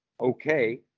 okay